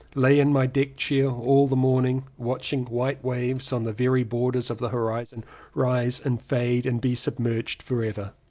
lay in my deck chair all the morning watching white waves on the very borders of the horizon rise and fade and be sub merged forever.